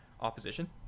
opposition